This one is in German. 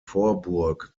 vorburg